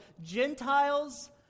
Gentiles